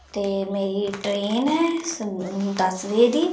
ते मेरी ट्रेन ऐ दस बजे दी